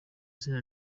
izina